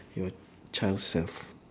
your child self